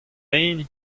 hini